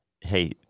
hey